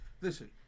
Listen